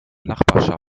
nachbarschaft